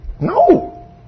No